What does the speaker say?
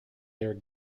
their